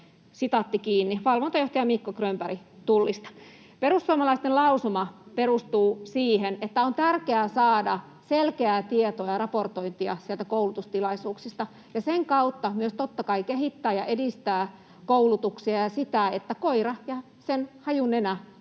Aivan!] Valvontajohtaja Mikko Grönberg Tullista. Perussuomalaisten lausuma perustuu siihen, että on tärkeää saada selkeää tietoa ja raportointia koulutustilaisuuksista ja niiden kautta myös totta kai kehittää ja edistää koulutuksia ja sitä, että koira ja sen hajunenä